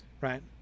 right